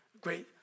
Great